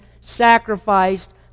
sacrificed